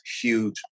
huge